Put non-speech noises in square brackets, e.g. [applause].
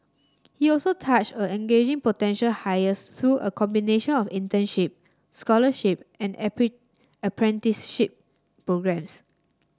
he also touched on engaging potential hires through a combination of internship scholarship and [unintelligible] apprenticeship programmes